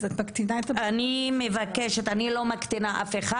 אז את מקטינה --- אני לא מקטינה אף אחד.